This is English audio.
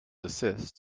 desist